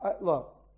Look